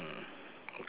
okay